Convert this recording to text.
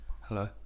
hello